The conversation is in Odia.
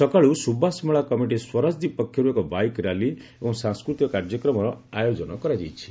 ସକାଳୁ ସୁବାସ ମେଳା କମିଟି ସ୍ୱରାଜଦୀପ ପକ୍ଷରୁ ଏକ ବାଇକ୍ ର୍ୟାଲି ଏବଂ ସାଂସ୍କୃତିକ କାର୍ଯ୍ୟକ୍ରମର ଆୟୋଜନ କରାଯାଇଛି